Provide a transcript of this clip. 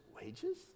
wages